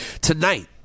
Tonight